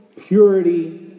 purity